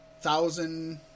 thousand